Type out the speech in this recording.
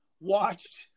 watched